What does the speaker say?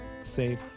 safe